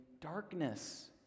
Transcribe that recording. darkness